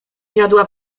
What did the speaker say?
wiodła